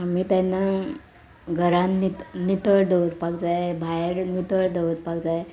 आमी तेन्ना घरान नि नितळ दवरपाक जाय भायर नितळ दवरपाक जाय